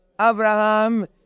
Abraham